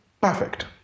perfect